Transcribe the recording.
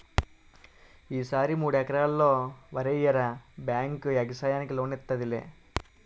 ఈ సారి మూడెకరల్లో వరెయ్యరా బేంకు యెగసాయానికి లోనిత్తాదిలే